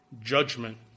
judgment